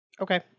Okay